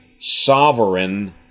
sovereign